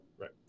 Right